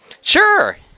Sure